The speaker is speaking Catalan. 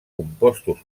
compostos